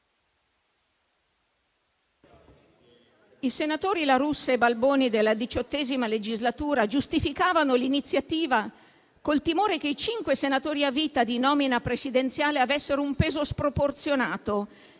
I senatori La Russa e Balboni della XVIII legislatura giustificavano l'iniziativa con il timore che i cinque senatori a vita di nomina presidenziale avessero un peso sproporzionato,